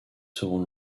seront